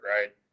right